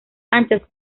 anchas